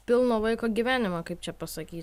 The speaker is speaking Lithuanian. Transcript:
pilno vaiko gyvenimą kaip čia pasakyt